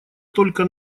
только